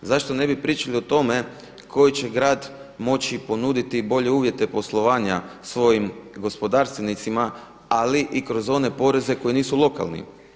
Zašto ne bi pričali o tome koji će grad moći ponuditi bolje uvjete poslovanja svojim gospodarstvenicima, ali i kroz one poreze koji nisu lokalni.